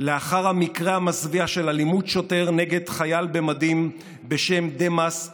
לאחר המקרה המזוויע של אלימות שוטר נגד חייל במדים בשם דמאס פיקדה.